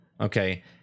Okay